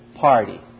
party